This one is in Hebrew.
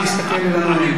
מפריע פה.